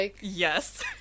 Yes